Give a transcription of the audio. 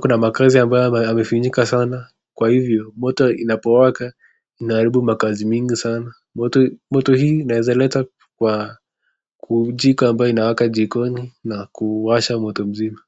kuna makazi ambayo yamefinyika sana kwa hivyo moto inapowaka inaharibu makazi mingi sana moto hii inaweza letwa kwa jiko ambayo inawaka jikoni na kuwasha moto mzima.